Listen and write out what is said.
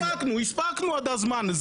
הספקנו עד הזמן,